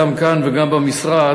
גם כאן וגם במשרד,